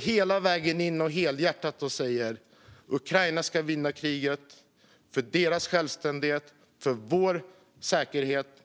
Hela vägen in och helhjärtat säger vi: Ukraina ska vinna kriget för deras självständighet och vår säkerhet.